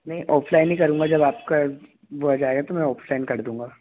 नहीं ऑफलाइन ही करूँगा जब आपका वो आएगा तब ऑफलाइन ही कर दूँगा